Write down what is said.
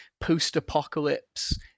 post-apocalypse